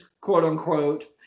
quote-unquote